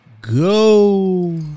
go